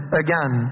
again